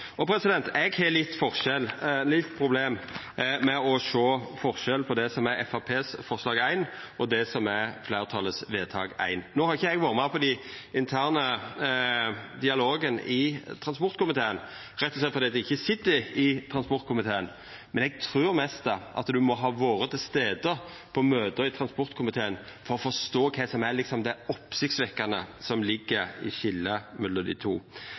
Eg har litt problem med å sjå forskjell på det som er forslag nr. 1, frå Framstegspartiet, og det som er fleirtalets innstilling til vedtak I. No har ikkje eg vore med på den interne dialogen i transportkomiteen, rett og slett fordi eg ikkje sit i den komiteen, men eg trur nesten at ein må ha vore til stades på møta i transportkomiteen for å forstå kva som liksom er det oppsiktsvekkande som ligg i skiljet mellom dei to.